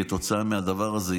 כתוצאה מהדבר הזה,